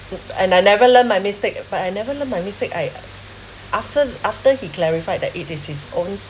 mm and I never learn my mistake but I never learn my mistake I after after he clarified that it is his own